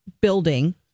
building